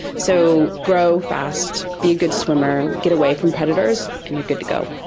so, grow fast, be a good swimmer, get away from predators and you are good to go.